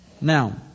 Now